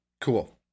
Cool